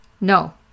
No